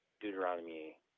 Deuteronomy